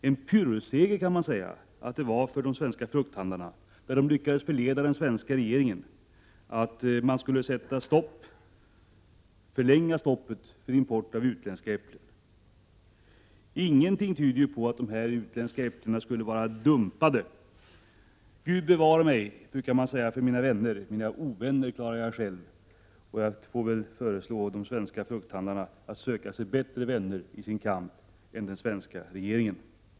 En pyrrusseger kan man säga att det var för de svenska frukthandlarna när de lyckades förleda den svenska regeringen att förlänga stoppet av import av utländska äpplen. Ingenting tyder på att de utländska äpplena skulle vara dumpade. Man brukar säga: Gud bevare mig för mina vänner, mina ovänner klarar jag själv. Jag får föreslå att de svenska frukthandlarna söker sig bättre vänner i sin kamp än den svenska regeringen.